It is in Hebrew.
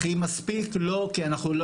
הכי מספיק?